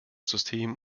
system